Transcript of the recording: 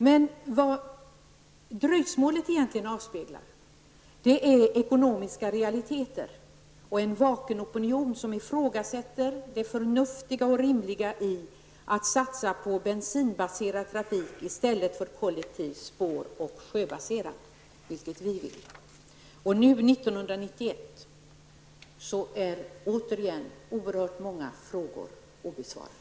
Men vad dröjsmålet egentligen avspeglar är ekonomiska realiteter och en vaken opinion som ifrågasätter det förnuftiga och rimliga i att satsa på bensinbaserad trafik i stället för kollektiv spår och sjöbaserad trafik, vilket vi vill ha. Och nu 1991 är återigen oerhört många frågor obesvarade.